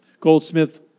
goldsmith